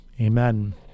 Amen